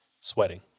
sweating